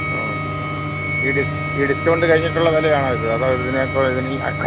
ആ ഈ ഡിസ് ഈ ഡിസ്കൗണ്ട് കഴിഞ്ഞിട്ടുള്ള വിലയാണോ ഇത് അതോ ഇതിനേക്കാൾ ഇതിന്